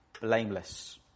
blameless